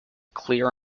clear